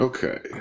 Okay